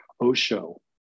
Osho